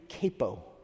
capo